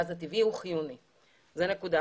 בדקנו גם את זה.